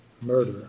murder